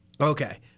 okay